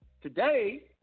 Today